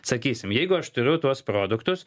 sakysim jeigu aš turiu tuos produktus